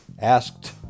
Asked